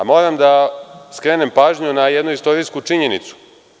Moram da skrenem pažnju na jednu istorijsku činjenicu.